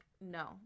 no